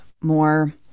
more